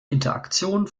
interaktion